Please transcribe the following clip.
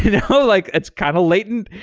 you know like it's kind of latent,